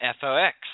FOX